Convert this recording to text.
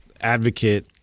advocate